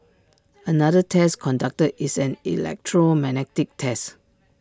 another test conducted is an electromagnetic test